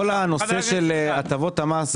כל הנושא של הטבות המס,